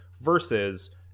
versus